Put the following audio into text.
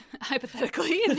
hypothetically